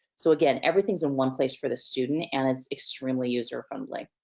so again, everything's in one place for the student and it's extremely user friendly.